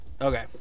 Okay